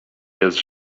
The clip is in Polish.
jest